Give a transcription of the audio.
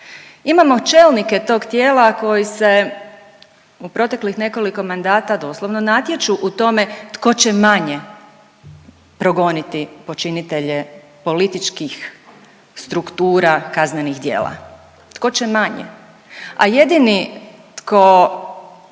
Imamo čelnike tog tijela koji se u proteklih nekoliko mandata doslovno natječu u tome tko će manje progoniti počinitelje političkih struktura kaznenih djela, tko će manje. A jedini tko